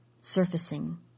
surfacing